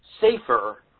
safer